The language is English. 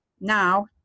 now